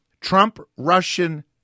Trump-Russian